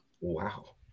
Wow